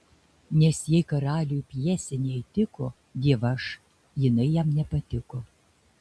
nes jei karaliui pjesė neįtiko dievaž jinai jam nepatiko